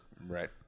Right